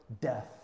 death